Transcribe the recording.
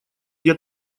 где